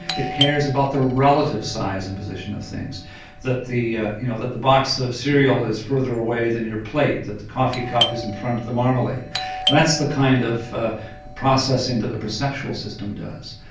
it cares about the relative size and position of things that the ah you know that the box of cereal is further away than your plate, that the coffee cup is in front of the marmalade and that's the kind of ah processing that the perceptual system does.